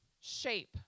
shape